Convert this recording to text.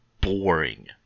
boring